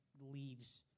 leaves